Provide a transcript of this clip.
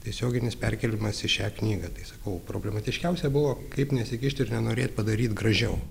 tiesioginis perkėlimas į šią knygą tai sakau problematiškiausia buvo kaip nesikišt ir nenorėt padaryt gražiau